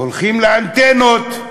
הולכים לאנטנות: